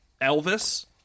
Elvis